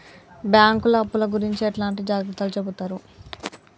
బ్యాంకులు అప్పుల గురించి ఎట్లాంటి జాగ్రత్తలు చెబుతరు?